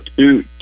two